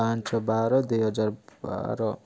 ପାଞ୍ଚ ବାର ଦୁଇ ହଜାର ବାର